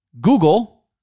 Google